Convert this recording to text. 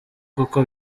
kuko